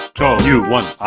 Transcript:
you won